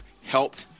helped